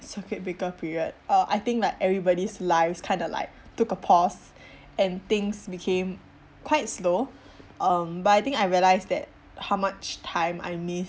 circuit breaker period uh I think like everybody's lives kinda like took a pause and things became quite slow um but I think I realise that how much time I miss